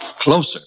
Closer